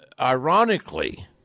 ironically